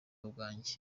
bwanjye